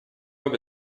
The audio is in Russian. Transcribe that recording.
обе